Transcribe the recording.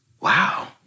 wow